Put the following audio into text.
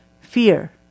Fear